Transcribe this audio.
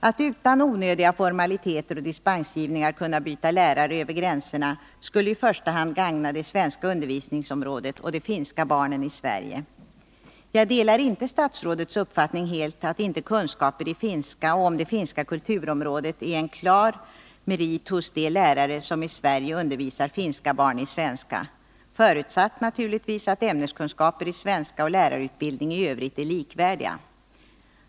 Att utan onödiga formaliteter och dispensgivningar kunna byta lärare över gränserna skulle i första hand gagna det svenska undervisnings 19 Jag delar inte helt statsrådets uppfattning att inte kunskaper i finska och om det finska kulturområdet är en klar merit hos de lärare som i Sverige undervisar finska barn i svenska — förutsatt naturligtvis att ämneskunskaper i svenska och lärarutbildning i övrigt är likvärdiga.